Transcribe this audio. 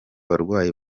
barwayi